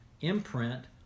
imprint